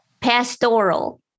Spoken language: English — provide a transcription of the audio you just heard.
pastoral